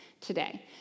today